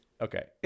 Okay